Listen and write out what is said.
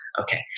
okay